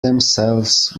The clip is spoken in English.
themselves